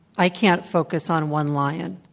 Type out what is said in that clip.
i can't focus on one lion.